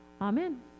amen